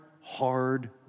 hard